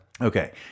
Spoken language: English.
Okay